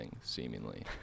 seemingly